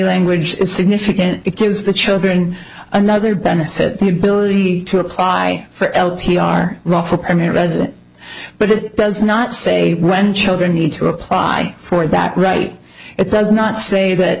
language is significant it gives the children another benefit the ability to apply for l p r role for primary residence but it does not say when children need to apply for that right it does not say that